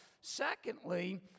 Secondly